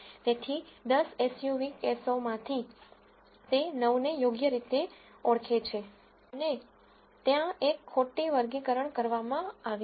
તેથી 10 એસયુવી કેસોમાંથી તે 9 ને યોગ્ય રીતે ઓળખે છે અને ત્યાં 1 ખોટી વર્ગીકરણ કરવામાં આવી છે